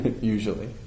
usually